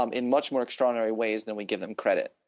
um in much more extraordinary ways than we give them credit.